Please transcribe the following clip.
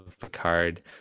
Picard